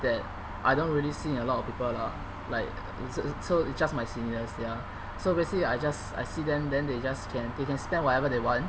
that I don't really see in a lot of people lah like it so it so just my seniors ya so basically I just I see them then they just can they can spend whatever they want